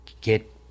get